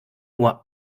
nur